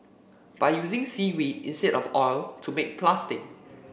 by using seaweed instead of oil to make plastic